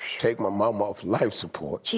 take my mama off life support. jesus,